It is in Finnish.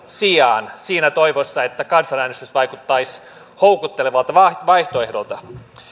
sijaan siinä toivossa että kansanäänestys vaikuttaisi houkuttelevalta vaihtoehdolta